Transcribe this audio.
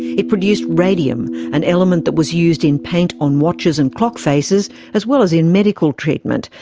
it produced radium, an element that was used in paint on watches and clock faces as well as in medical treatment,